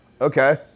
Okay